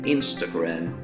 Instagram